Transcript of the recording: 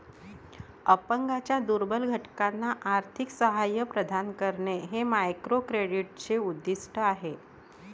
अपंगांच्या दुर्बल घटकांना आर्थिक सहाय्य प्रदान करणे हे मायक्रोक्रेडिटचे उद्दिष्ट आहे